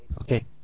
Okay